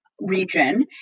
region